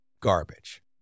garbage